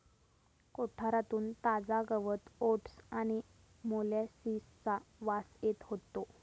कोठारातून ताजा गवत ओट्स आणि मोलॅसिसचा वास येत होतो